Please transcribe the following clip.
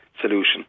solution